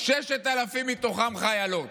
6,000 מתוכם חיילות.